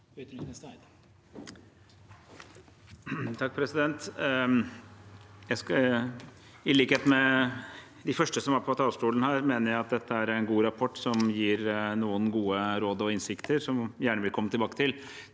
Eide I lik- het med de første som var på talerstolen, mener jeg at dette er en god rapport som gir noen gode råd og innsikter som jeg gjerne vil komme tilbake til.